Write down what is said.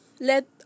let